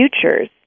futures